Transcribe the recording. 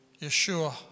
Yeshua